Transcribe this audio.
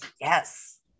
Yes